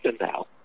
now